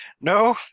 No